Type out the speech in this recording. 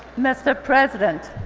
mr. president,